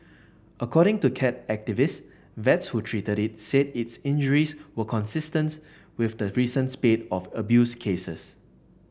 according to cat activists vets who treated it said its injuries were consistence with the recent spate of abuse cases